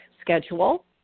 schedule